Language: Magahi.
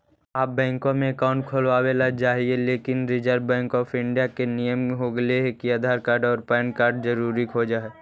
आब बैंकवा मे अकाउंट खोलावे ल चाहिए लेकिन रिजर्व बैंक ऑफ़र इंडिया के नियम हो गेले हे आधार कार्ड पैन कार्ड जरूरी खोज है?